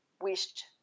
wished